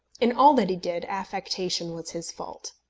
in all that he did, affectation was his fault.